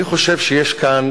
אני חושב שיש כאן